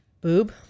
Boob